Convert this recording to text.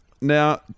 Now